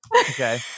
okay